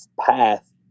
path